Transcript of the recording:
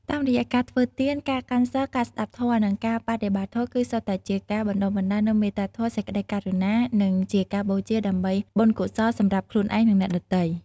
តាមរយៈការធ្វើទាន ការកាន់សីល ការស្តាប់ធម៌ និងការបដិបត្តិធម៌ គឺសុទ្ធតែជាការបណ្តុះបណ្តាលនូវមេត្តាធម៌ សេចក្តីករុណា និងជាការបូជាដើម្បីបុណ្យកុសលសម្រាប់ខ្លួនឯង និងអ្នកដទៃ។